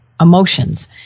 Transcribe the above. emotions